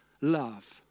love